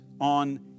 on